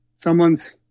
someone's